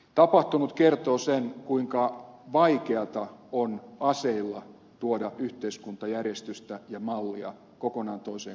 tapahtunut kertoo sen kuinka vaikeata on aseilla tuoda yhteiskuntajärjestystä ja mallia kokonaan toiseen kulttuuriin